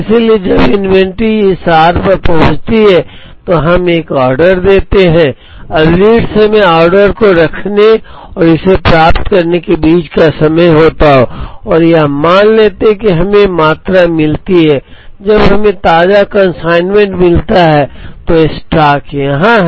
इसलिए जब इन्वेंट्री इस r पर पहुँचती है तो हम एक ऑर्डर देते हैं अब लीड समय ऑर्डर को रखने और इसे प्राप्त करने के बीच का समय होता है और यह मान लेते हैं कि हमें मात्रा मिलती है जब हमें ताजा कंसाइनमेंट मिलता है तो स्टॉक यहाँ है